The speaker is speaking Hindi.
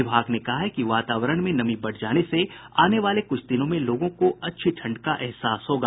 विभाग ने कहा है कि वातावारण में नमी बढ़ जाने से आने वाले कुछ दिनों में लोगों को अच्छी ठंड का एहसास होगा